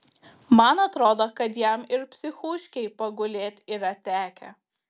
man atrodo kad jam ir psichūškėj pagulėt yra tekę